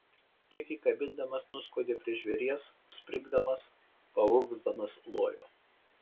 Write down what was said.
kiek įkabindamas nuskuodė prie žvėries springdamas paurgzdamas lojo